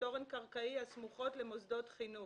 תורן קרקעי הסמוכות למוסדות חינוך.